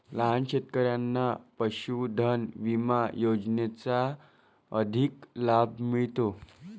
लहान शेतकऱ्यांना पशुधन विमा योजनेचा अधिक लाभ मिळतो